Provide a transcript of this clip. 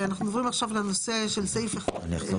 אנחנו עוברים עכשיו לנושא של סעיף של